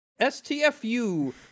STFU